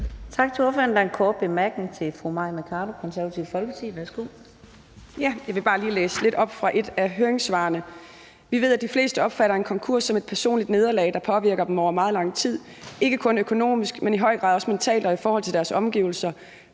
Tak til ordføreren. Der er en kort bemærkning til fru Mai Mercado, Det Konservative Folkeparti. Værsgo. Kl. 14:49 Mai Mercado (KF): Jeg vil bare lige læse lidt op fra et af høringssvarene: »Vi ved, at de fleste opfatter en konkurs som et personligt nederlag, der påvirker dem over meget lang tid. Ikke kun økonomisk men i høj grad også mentalt og i forhold til deres omgivelser.